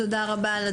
תודה רבה.